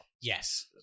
Yes